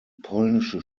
polnische